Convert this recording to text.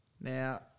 Now